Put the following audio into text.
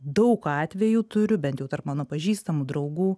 daug atvejų turiu bent jau tarp mano pažįstamų draugų